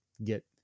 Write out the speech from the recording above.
get